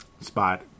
spot